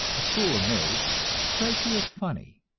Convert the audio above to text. a school of marriage, strike you as funny.